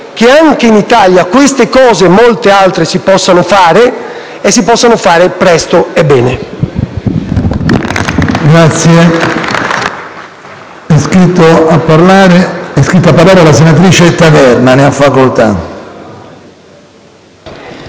che anche in Italia queste cose, e molte altre, si possano fare, e che si possano fare presto e bene.